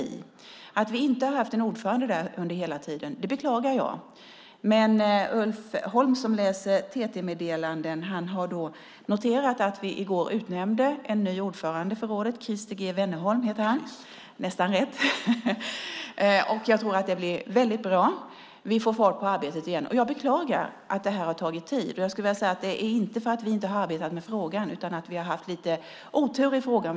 Jag beklagar att vi inte har haft en ordförande där under hela den här tiden. Men Ulf Holm, som läser TT-meddelanden, har noterat att vi i går utnämnde en ny ordförande för rådet. Han heter Christer G. Wennerholm. Det var nästan rätt. Jag tror att det blir väldigt bra att vi får fart på arbetet igen. Jag beklagar att det här har tagit tid. Det är inte för att vi inte har arbetat med frågan. Vi har haft lite otur i frågan.